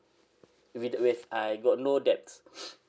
with with I got no debts